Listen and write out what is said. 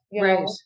Right